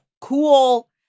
cool